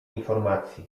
informacji